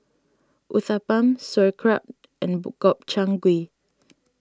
Uthapam Sauerkraut and Gobchang Gui